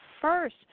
first